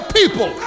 people